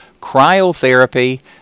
cryotherapy